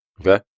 Okay